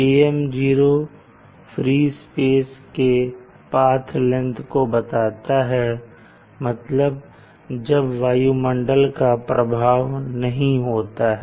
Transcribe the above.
AM0 free space के path length को बताता है मतलब जब वायुमंडल का प्रभाव नहीं होता है